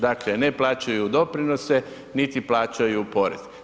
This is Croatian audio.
Dakle ne plaćaju doprinose niti plaćaju porez.